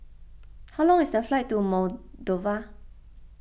how long is the flight to Moldova